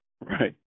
right